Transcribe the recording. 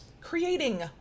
creating